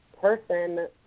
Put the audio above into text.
person